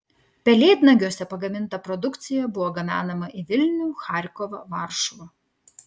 pelėdnagiuose pagaminta produkcija buvo gabenama į vilnių charkovą varšuvą